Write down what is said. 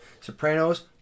Sopranos